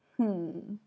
hmm